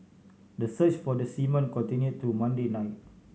the search for the seamen continue through Monday night